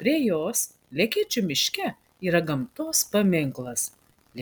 prie jos lekėčių miške yra gamtos paminklas